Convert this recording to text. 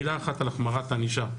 מילה אחת על החמרת הענישה: